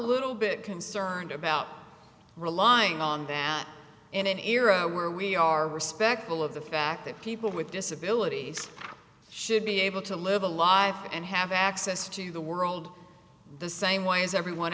little bit concerned about relying on that in an era where we are respectful of the fact that people with disabilities should be able to live a life and have access to the world the same way as everyone